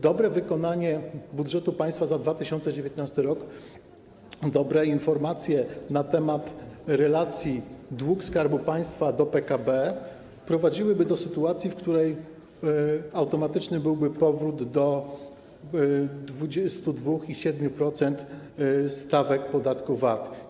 Dobre wykonanie budżetu państwa za 2019 r., dobre informacje na temat relacji: dług Skarbu Państwa do PKB prowadziłyby do sytuacji, w której automatyczny byłby powrót do 22- i 7-procentowej stawek podatku VAT.